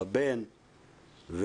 בבן,